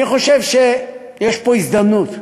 אני חושב שיש פה הזדמנות.